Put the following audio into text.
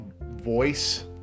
voice